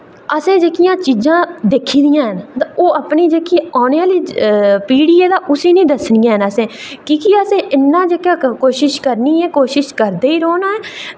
असें जेह्कियां चीज़ां दिक्खी दियां हैन ते ओह् अपनी जेह्की औने आह्ली पीढ़ी ऐ तां उसी निं दस्सी ऐ असें की के असें इन्ना जेह्की कोशिश करनी ऐ ते कोशिश करदे ई रौह्ना ऐ